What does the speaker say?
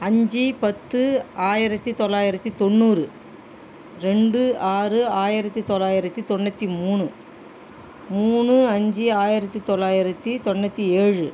அஞ்சு பத்து ஆயிரத்தி தொள்ளாயிரத்தி தொண்ணூறு ரெண்டு ஆறு ஆயிரத்தி தொள்ளாயிரத்தி தொண்ணூற்றி மூணு மூணு அஞ்சு ஆயிரத்தி தொள்ளாயிரத்தி தொண்ணூற்றி ஏழு